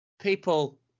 people